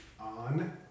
on